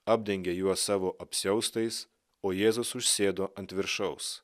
apdengė juos savo apsiaustais o jėzus užsėdo ant viršaus